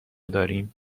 داریم